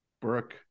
Brooke